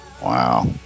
wow